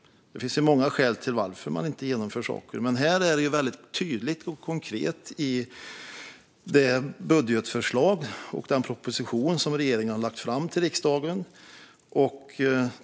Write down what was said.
Det finns många skäl till att man inte genomför saker. Men i det budgetförslag och den proposition som regeringen har lagt fram till riksdagen är det väldigt tydligt och konkret.